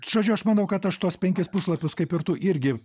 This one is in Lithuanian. žodžiu aš manau kad aš tuos penkis puslapius kaip ir tu irgi